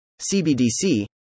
CBDC